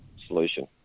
solution